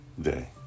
day